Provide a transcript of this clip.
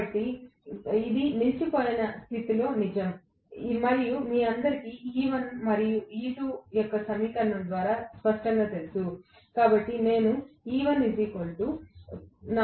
కానీ ఇది నిలిచిపోయిన స్థితిలో నిజం మరియు మీ అందరికీ E1 మరియు E2 యొక్క సమీకరణం కూడా స్పష్టంగా తెలుసు కాబట్టి నేను పొందబోతున్నాను